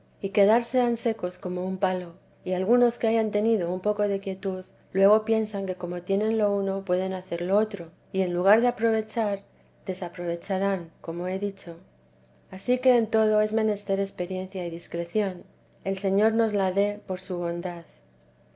y quedarse han secos como un palo y algunos que hayan tenido un poco de quietud luego piensan que como tienen lo uno pueden hacer lo otro y en lugar de aprovechar desaprovecharán como he dicho ansí que en todo es menester experiencia y discreción el señor nos la dé por su bondad